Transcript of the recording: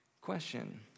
question